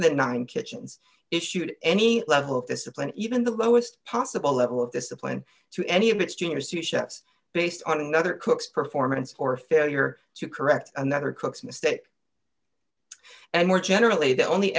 than nine kitchens issued any level of discipline even the lowest possible level d of discipline to any of its juniors to chefs based on another cook's performance or a failure to correct and that are cooks mistake and more generally the only